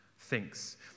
Thinks